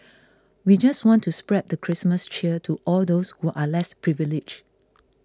we just want to spread the Christmas cheer to all those who are less privileged